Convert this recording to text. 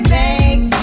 make